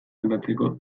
aldatzeko